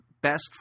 best